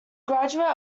graduate